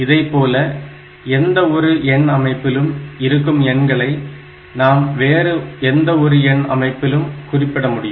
இதைப்போல எந்த ஒரு எண் அமைப்பிலும் இருக்கும் எண்களை நாம் வேறு எந்த ஒரு எண் அமைப்பிலும் குறிப்பிட முடியும்